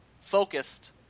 focused